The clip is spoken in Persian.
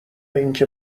اینکه